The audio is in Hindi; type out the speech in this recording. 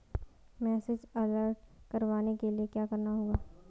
मैसेज अलर्ट करवाने के लिए क्या करना होगा?